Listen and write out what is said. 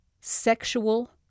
sexual